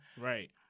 Right